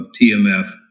TMF